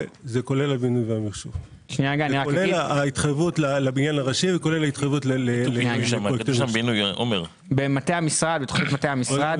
זה כולל ההתחייבות לבניין הראשי ולפרויקטים- -- בתוכנית מטה המשרד